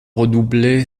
redoublé